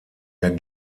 der